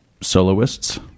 soloists